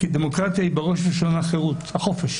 דמוקרטיה היא בראש ובראשונה חירות, החופש.